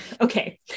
Okay